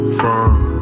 fine